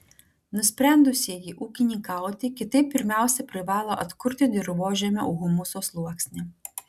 nusprendusieji ūkininkauti kitaip pirmiausia privalo atkurti dirvožemio humuso sluoksnį